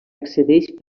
accedeix